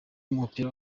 w’umupira